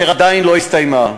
החקירה עדיין לא הסתיימה,